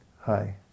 Hi